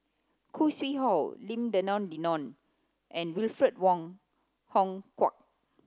Khoo Sui Hoe Lim Denan Denon and Alfred Wong Hong Kwok